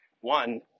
one